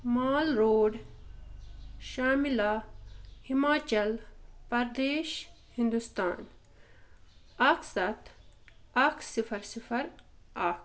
مال روڑ شاملہ ہِماچَل پردیش ہنٛدوستان اَکھ سَتھ اَکھ صِفَر صِفَر اَکھ